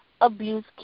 abuse